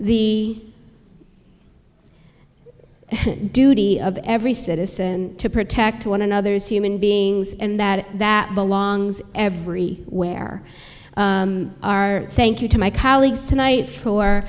the duty of every citizen to protect one another's human beings and that that belongs every where our thank you to my colleagues tonight